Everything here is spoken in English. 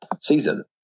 season